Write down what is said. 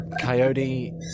Coyote